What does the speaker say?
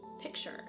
picture